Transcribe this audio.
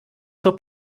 zur